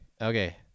okay